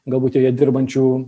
galbūt joje dirbančių